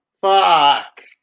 Fuck